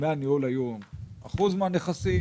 דמי הניהול היו אחוז מהנכסים,